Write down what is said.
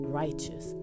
righteous